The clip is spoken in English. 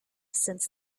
since